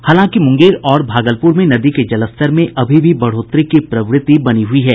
हालांकि मुंगेर और भागलपुर में नदी के जलस्तर में अभी भी बढ़ोत्तरी की प्रवृत्ति बनी हुई है